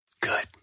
Good